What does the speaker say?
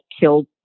killed